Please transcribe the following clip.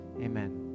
amen